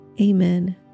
Amen